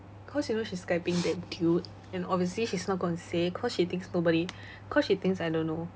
cause you know she's skyping that dude and obviously she's not gonna say because she thinks nobody because she thinks I don't know